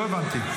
לא הבנתי.